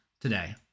today